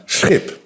schip